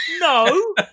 No